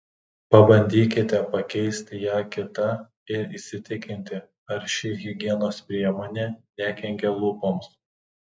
pabandykite pakeisti ją kita ir įsitikinti ar ši higienos priemonė nekenkia lūpoms